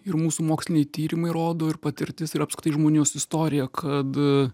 ir mūsų moksliniai tyrimai rodo ir patirtis ir apskritai žmonijos istorija kad